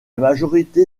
majorité